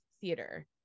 theater